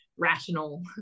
rational